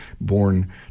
Born